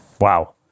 Wow